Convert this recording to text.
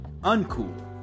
uncool